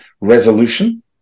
resolution